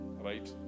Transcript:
Right